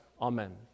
Amen